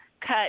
cut